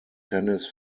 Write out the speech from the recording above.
tennis